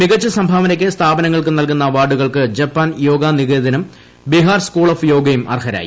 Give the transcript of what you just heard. മികച്ച സംഭാവനയ്ക്ക് സ്ഥാപനങ്ങൾക്കു നല്കുന്ന അവാർഡുകൾക്ക് ജപ്പാൻ യോഗാ നികേതനും ബീഹാർ സ്കൂൾ ഓഫ് യോഗയും അർഹരായി